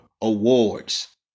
awards